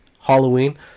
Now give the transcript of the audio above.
Halloween